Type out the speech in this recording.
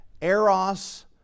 Eros